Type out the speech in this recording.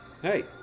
Hey